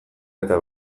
eta